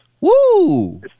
Woo